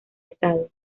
estado